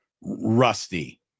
rusty